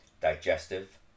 Digestive